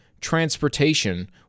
transportation